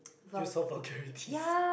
use all vulgarities